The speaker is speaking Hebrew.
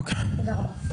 תודה רבה.